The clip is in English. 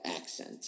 accent